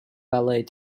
ballet